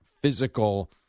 physical